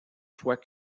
fois